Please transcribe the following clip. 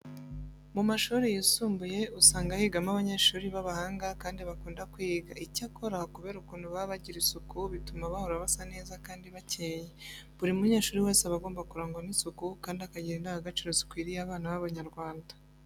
Mu mashuri yisumbuye usanga higamo abanyeshuri b'abahanga kandi bakunda kwiga. Icyakora kubera ukuntu baba bagira isuku bituma bahora basa neza kandi bakeye. Buri munyeshuri wese aba agomba kurangwa n'isuku kandi akagira indangagaciro zikwiriye abana b'Abanyarwanda.